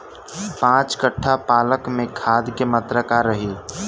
पाँच कट्ठा पालक में खाद के मात्रा का रही?